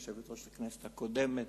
את יושבת-ראש הכנסת הקודמת: